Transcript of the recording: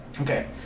Okay